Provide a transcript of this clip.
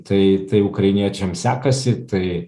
tai tai ukrainiečiam sekasi tai